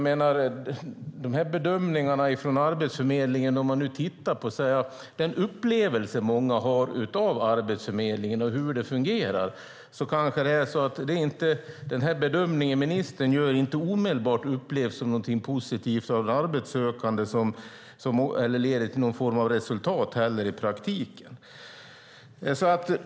Om man tittar på den upplevelse många har av Arbetsförmedlingen och hur det fungerar kanske bedömningen ministern gör inte omedelbart upplevs som någonting positivt av de arbetssökande eller någonting som leder till resultat i praktiken.